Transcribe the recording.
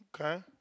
okay